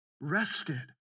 rested